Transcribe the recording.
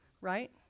Right